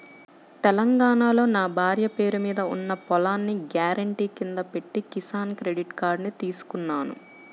తెలంగాణాలో నా భార్య పేరు మీద ఉన్న పొలాన్ని గ్యారెంటీ కింద పెట్టి కిసాన్ క్రెడిట్ కార్డుని తీసుకున్నాను